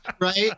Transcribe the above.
right